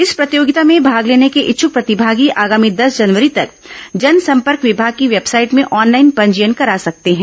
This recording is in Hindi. इस प्रतियोगिता में भाग लेने के इच्छुक प्रतिभागी आगामी दस जनवरी तक जनसंपर्क विभाग की वेबसाइट में ऑनलाइन पंजीयन करा सकते हैं